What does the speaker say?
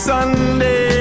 Sunday